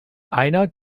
einer